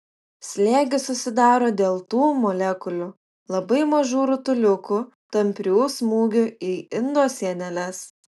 slėgis susidaro dėl tų molekulių labai mažų rutuliukų tamprių smūgių į indo sieneles